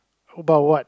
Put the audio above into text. about what